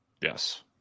Yes